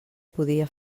podia